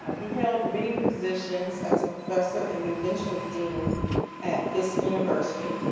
he held many positions as a professor and eventual dean at fisk university.